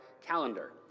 Calendar